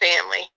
family